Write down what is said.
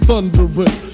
Thundering